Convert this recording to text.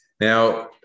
Now